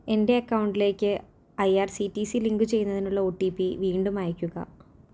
എൻ്റെ അക്കൗണ്ടിലേക്ക് I R C T C link ചെയ്യുന്നതിനുള്ള ഓ ടി പി വീണ്ടും അയയ്ക്കുക